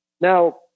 Now